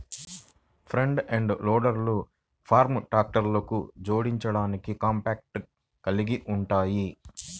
front end లోడర్లు farm ట్రాక్టర్లకు జోడించడానికి కాంపాక్ట్ కలిగి ఉంటాయి